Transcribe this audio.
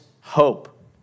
hope